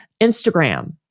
Instagram